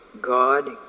God